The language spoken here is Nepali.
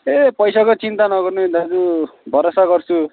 ए पैसाको चिन्ता नगर्नु नि दाजु भरोसा गर्छु